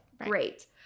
Great